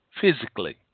Physically